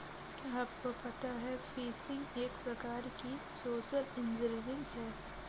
क्या आपको पता है फ़िशिंग एक प्रकार की सोशल इंजीनियरिंग है?